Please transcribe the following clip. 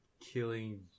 killing